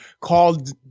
called